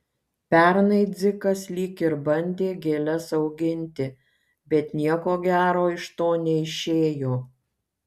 pernai dzikas lyg ir bandė gėles auginti bet nieko gero iš to neišėjo